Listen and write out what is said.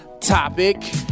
topic